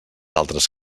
altres